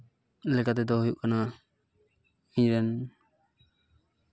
ᱞᱮᱠᱟᱛᱮᱫᱚ ᱫᱚ ᱦᱩᱭᱩᱜ ᱠᱟᱱᱟ ᱤᱧ ᱨᱮᱱ